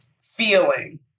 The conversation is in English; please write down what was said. feeling